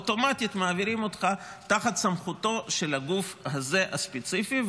אוטומטית מעבירים אותך תחת סמכותו של הגוף הספציפי הזה.